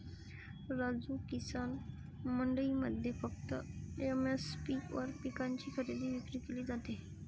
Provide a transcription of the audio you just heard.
राजू, किसान मंडईमध्ये फक्त एम.एस.पी वर पिकांची खरेदी विक्री केली जाते